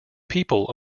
people